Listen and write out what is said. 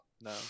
no